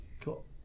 cool